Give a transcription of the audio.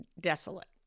desolate